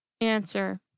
Answer